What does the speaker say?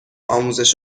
آموزش